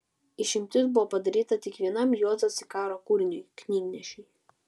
išimtis buvo padaryta tik vienam juozo zikaro kūriniui knygnešiui